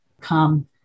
come